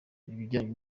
ibijyanye